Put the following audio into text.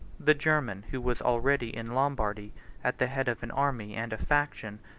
the german, who was already in lombardy at the head of an army and a faction,